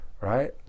right